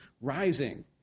rising